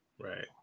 Right